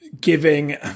giving